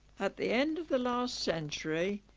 at the end of the last century,